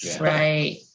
Right